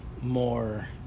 more